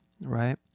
right